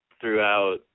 throughout